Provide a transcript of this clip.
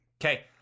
Okay